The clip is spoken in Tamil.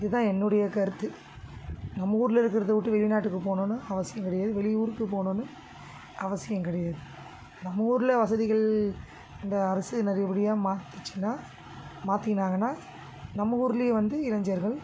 இதுதான் என்னுடைய கருத்து நம்ம ஊர்ல இருக்கிறத விட்டு வெளிநாட்டுக்கு போகணுன்னு அவசியம் கிடையாது வெளி ஊருக்கு போகணுன்னு அவசியம் கிடையாது நம்ம ஊர்ல வசதிகள் இந்த அரசு நிறைய முடிவை மாத்துச்சின்னால் மாற்றின்னாங்கன்னா நம்ம ஊர்லேயே வந்து இளைஞர்கள்